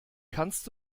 kannst